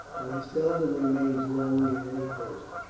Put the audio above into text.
and he seldom remains long at any post.